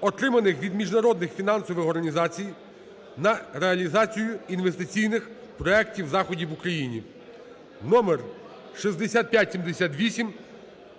отриманих від міжнародних фінансових організацій на реалізацію інвестиційних проектів (заходів) в Україні (№ 6578)